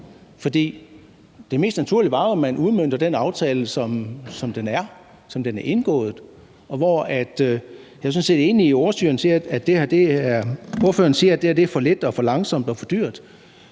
ville jo være, at man udmønter den aftale, som den er, og som den er indgået. Jeg er sådan set enig i det, når ordføreren siger, at det her er for lidt og for langsomt og for dyrt,